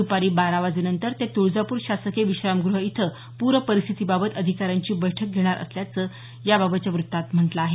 दुपारी बारा वाजेनंतर ते तुळजापूर शासकीय विश्रामगृह इथं पूर परिस्थितीबाबत अधिकाऱ्यांची बैठक घेणार असल्याचं याबाबतच्या व्रत्तात म्हटल आहे